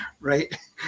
right